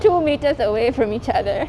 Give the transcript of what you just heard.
two meters away from each other